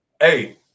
Hey